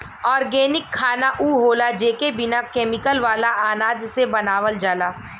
organic खाना उ होला जेके बिना केमिकल वाला अनाज से बनावल जाला